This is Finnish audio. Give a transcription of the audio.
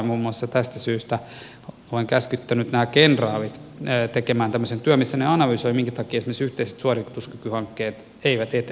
muun muassa tästä syystä olen käskyttänyt nämä kenraalit tekemään tämmöisen työn missä he analysoivat minkä takia esimerkiksi yhteiset suorituskykyhankkeet eivät etene niin kuin on tarkoitus